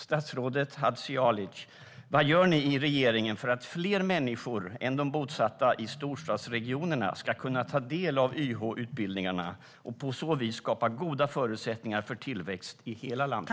Statsrådet Hadzialic, vad gör ni i regeringen för att fler människor än de som är bosatta i storstadsregionerna ska kunna ta del av YH-utbildningarna och på så vis skapa goda förutsättningar för tillväxt i hela landet?